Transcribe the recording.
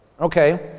Okay